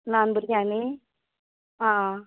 ल्हान भुरग्यां नी आं